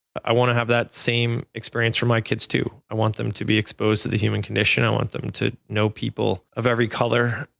i want to have that same experience for my kids, too. i want them to be exposed to the human condition. i want them to know people of every color.